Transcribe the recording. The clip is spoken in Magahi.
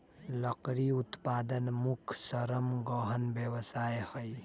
लकड़ी उत्पादन मुख्य श्रम गहन व्यवसाय हइ